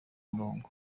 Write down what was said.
murongo